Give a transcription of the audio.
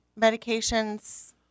medications